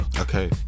Okay